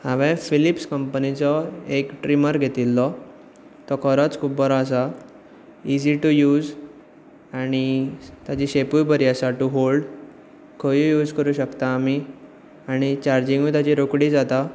हांवे फिलिप्स कंपनिचो एक ट्रिमर घेतिल्लो तो खरोच खूब बरो आसा इजी टू यूज आनी ताजी शॅपूय बरी आसा टू हॉल्ड खंयूय यूज करूंक शकता आमी आनी चार्जींगूय ताची रोखडी जाता